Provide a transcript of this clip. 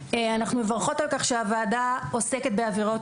אנחנו מברכות על כך שהוועדה עוסקת בעבירות